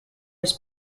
his